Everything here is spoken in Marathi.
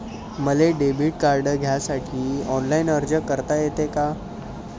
मले डेबिट कार्ड घ्यासाठी ऑनलाईन अर्ज करता येते का?